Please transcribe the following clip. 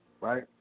right